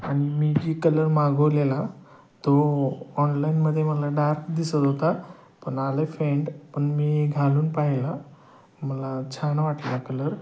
आणि मी जी कलर मागवलेला तो ऑनलाईनमध्ये मला डार्क दिसत होता पण आलं आहे फेंट पण मी घालून पाहिला मला छान वाटला कलर